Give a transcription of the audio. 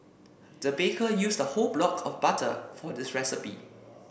the baker used a whole block of butter for this recipe